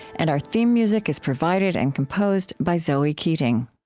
and our theme music is provided and composed by zoe keating